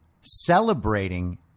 celebrating